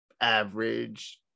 average